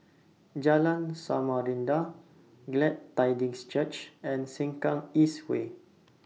Jalan Samarinda Glad Tidings Church and Sengkang East Way